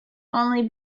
only